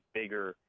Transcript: bigger